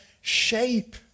shape